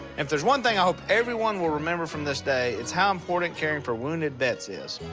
if there's one thing i hope everyone will remember from this day, it's how important caring for wounded vets is.